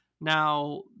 now